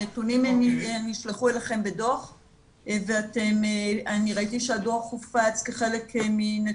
הנתונים נשלחו אליכם בדוח ואני ראיתי שהדוח הופץ כחלק מחומרי הוועדה.